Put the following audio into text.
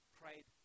prayed